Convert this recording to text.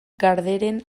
garderen